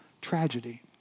tragedy